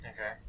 Okay